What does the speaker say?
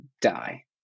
die